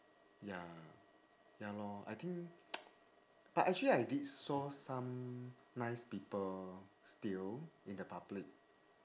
ya ya lor I think but actually I did saw some nice people still in the public